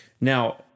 Now